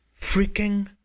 Freaking